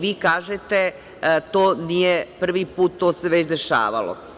Vi kažete – to nije prvi put, to se već dešavalo.